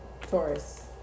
Taurus